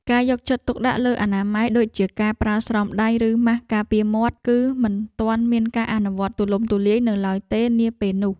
ការយកចិត្តទុកដាក់លើអនាម័យដូចជាការប្រើស្រោមដៃឬម៉ាសការពារមាត់ គឺមិនទាន់មានការអនុវត្តទូលំទូលាយនៅឡើយទេនាពេលនោះ។